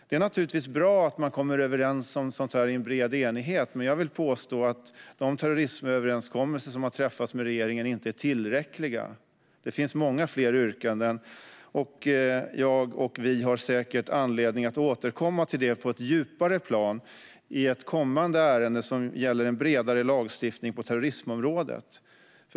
Det är naturligtvis bra att man kommer överens om sådant i en bred enighet, men jag vill påstå att de terrorismöverenskommelser som har träffats med regeringen inte är tillräckliga. Det finns många fler yrkanden. Jag och vi har säkert anledning att återkomma till det på ett djupare plan i ett kommande ärende som gäller en bredare lagstiftning på terrorismområdet.